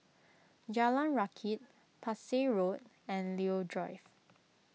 Jalan Rakit Parsi Road and Leo Drive